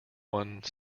one